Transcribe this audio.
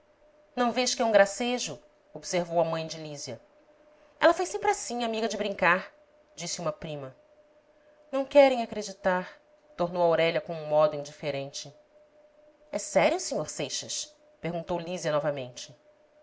não vês que é um gracejo observou a mãe de lísia ela foi sempre assim amiga de brincar disse uma prima não querem acreditar tornou aurélia com um modo indiferente é sério sr seixas perguntou lísia novamente